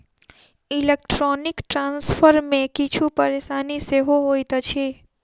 electronic transfer मे किछु परेशानी सेहो होइत अछि